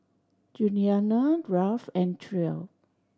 Julianna Ralph and Trae